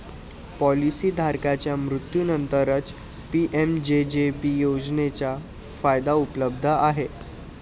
policy धारकाच्या मृत्यूनंतरच PMJJB योजनेचा फायदा उपलब्ध आहे